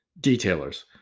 Detailers